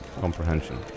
comprehension